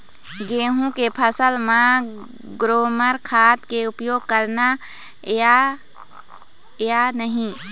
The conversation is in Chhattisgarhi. गेहूं के फसल म ग्रोमर खाद के उपयोग करना ये या नहीं?